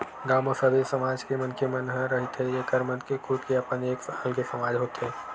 गाँव म सबे समाज के मनखे मन ह रहिथे जेखर मन के खुद के अपन एक अलगे समाज होथे